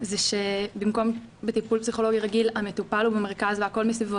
שבטיפול פסיכולוגי רגיל המטופל הוא במרכז והכול מסביבו,